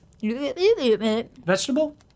Vegetable